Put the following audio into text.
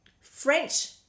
french